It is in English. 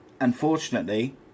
unfortunately